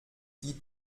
die